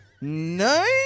Nine